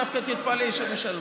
דווקא תתפלאי שהם משלמים.